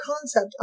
concept